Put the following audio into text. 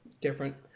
different